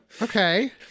Okay